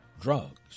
drugs